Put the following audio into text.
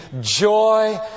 joy